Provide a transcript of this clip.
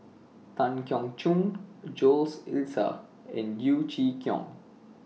Tan Keong Choon Jules and Yeo Chee Kiong